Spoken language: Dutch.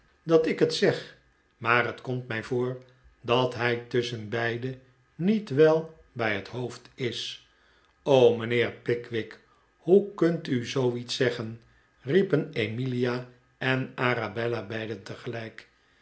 dat ik het zeg maar het komt mij voor dat hij tusschenbeide niet wel bij het hoofd is mijnheer pickwick hoe kunt u zooiets zeggen riepen emilia en arabella beiden tegelijk